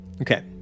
Okay